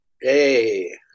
Hey